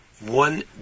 One